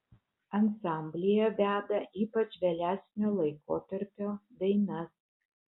ansamblyje veda ypač vėlesnio laikotarpio dainas